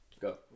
Go